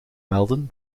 melden